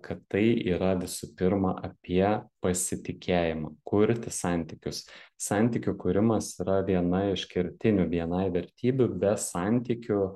kad tai yra visų pirma apie pasitikėjimą kurti santykius santykių kūrimas yra viena iš kertinių bni vertybių be santykių